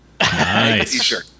nice